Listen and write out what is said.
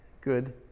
good